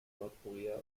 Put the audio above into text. nordkorea